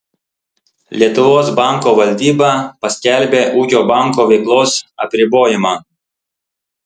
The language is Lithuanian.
lietuvos banko valdyba paskelbė ūkio banko veiklos apribojimą